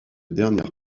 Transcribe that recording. dernière